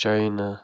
China